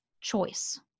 choice